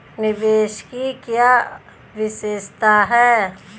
निवेश की क्या विशेषता है?